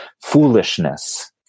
foolishness